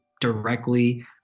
directly